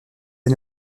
est